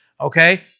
okay